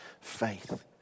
faith